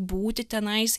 būti tenais